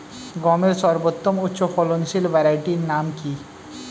গমের সর্বোত্তম উচ্চফলনশীল ভ্যারাইটি নাম কি?